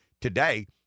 today